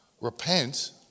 Repent